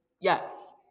yes